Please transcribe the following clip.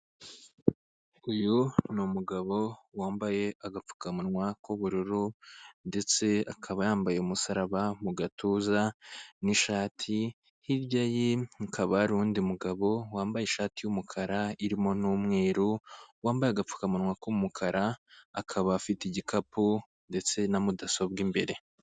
Uyu ni umugabo wambaye agapfukamunwa k'ubururu ndetse akaba yambaye umusaraba mu gatuza n'ishati, hirya ye hakaba hari undi mugabo wambaye ishati y'umukara irimo n'umweru, wambaye agapfukamunwa k'umukara, akaba afite igikapu ndetse na mudasobwa imbere.